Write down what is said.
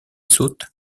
saute